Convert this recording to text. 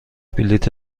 بلیط